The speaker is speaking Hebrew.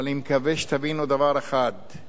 אבל אני מקווה שתבינו דבר אחד: